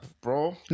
bro